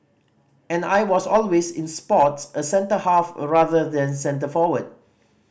and I was always in sports a centre half rather than centre forward